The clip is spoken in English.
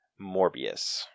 Morbius